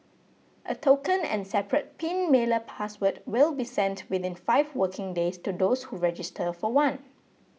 a token and separate pin mailer password will be sent within five working days to those who register for one